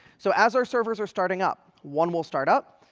so as our servers are starting up, one will start up,